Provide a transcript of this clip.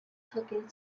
talking